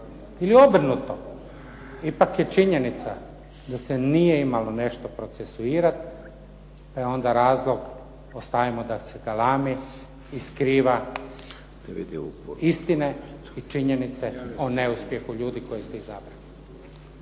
Ili obrnuto. Ipak je činjenica da se nije imalo nešto procesuirat, e onda razlog ostavimo da se galami i skriva istine i činjenice o neuspjehu ljudi koje ste izabrali.